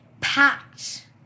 Packed